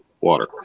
water